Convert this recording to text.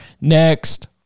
next